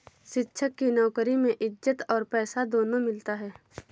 शिक्षक की नौकरी में इज्जत और पैसा दोनों मिलता है